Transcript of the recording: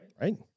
Right